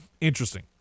interesting